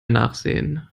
nachsehen